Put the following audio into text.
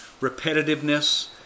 repetitiveness